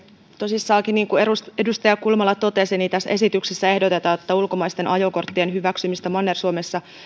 tosissaankin niin kuin edustaja edustaja kulmala totesi tässä esityksessä ehdotetaan että ulkomaisten ajokorttien hyväksymistä manner suomessa